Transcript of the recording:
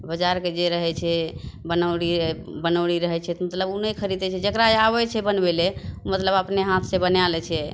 बजारके जे रहय छै बनौरी बनौरी रहय छै की मतलब उ नहि खरीदै छै जकरा आबय छै बनबय लए मतलब अपने हाथसँ बना लै छै